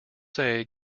say